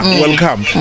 welcome